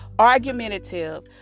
argumentative